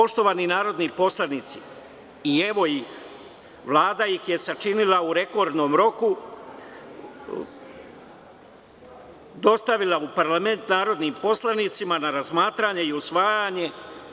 Poštovani narodni poslanici, Vlada ih je sačinila u rekordnom roku, dostavila u parlament narodnim poslanicima na razmatranje i usvajanje.